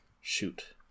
shoot